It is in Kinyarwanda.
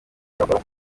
kampala